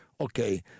okay